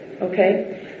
Okay